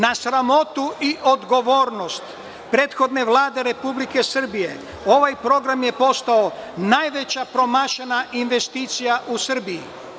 Na sramotu i odgovornost prethodne Vlade Republike Srbije, ovaj program je postao najveća promašena investicija u Srbiji.